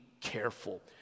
careful